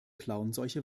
klauenseuche